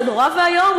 זה נורא ואיום,